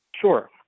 Sure